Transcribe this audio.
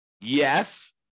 Yes